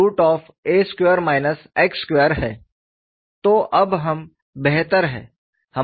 तो अब हम बेहतर हैं